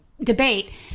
debate